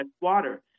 water